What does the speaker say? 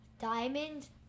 Diamonds